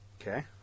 Okay